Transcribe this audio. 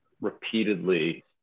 repeatedly